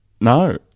no